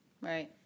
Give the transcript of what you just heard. Right